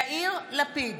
יאיר לפיד,